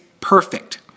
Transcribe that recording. perfect